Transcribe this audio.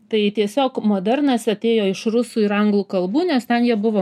tai tiesiog modernas atėjo iš rusų ir anglų kalbų nes ten jie buvo